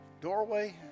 doorway